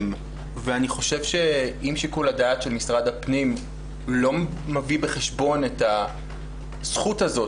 אם שיקול הדעת של משרד הפנים לא מביא בחשבון את הזכות הזאת,